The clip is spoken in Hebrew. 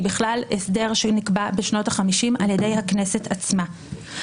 בכלל הסדר שנקבע בשנות החמישים על ידי הכנסת עצמה.